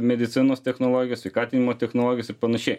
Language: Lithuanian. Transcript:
medicinos technologijos sveikatinimo technologijos ir panašiai